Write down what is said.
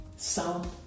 Sound